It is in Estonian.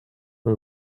või